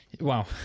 Wow